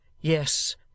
Yes